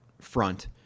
front